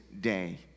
day